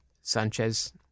Sanchez